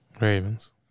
Ravens